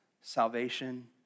salvation